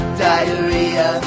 diarrhea